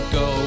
go